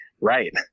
right